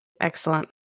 Excellent